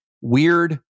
weird